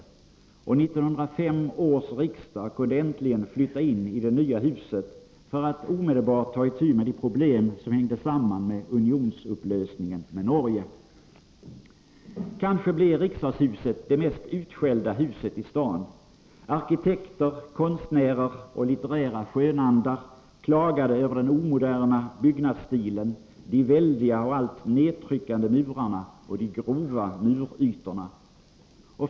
1905 års riksdag kunde äntligen flytta in i det nya huset för att omedelbart ta itu med de problem som hängde samman med upplösningen av unionen med Norge. Kanske blev riksdagshuset det mest utskällda huset i staden. Arkitekter, konstnärer och litterära skönandar klagade över den omoderna byggnadsstilen, de väldiga och allt nedtryckande murarna och de grova murytorna.